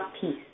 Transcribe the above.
peace